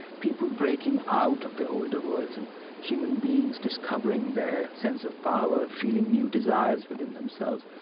people breaking out of their older worlds and human beings discovering their sense of power, feeling new desires within themselves.